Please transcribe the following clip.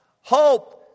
Hope